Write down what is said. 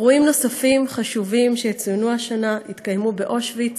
אירועים נוספים חשובים שיצוינו השנה יתקיימו באושוויץ,